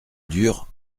dure